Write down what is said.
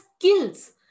skills